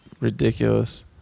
ridiculous